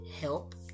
help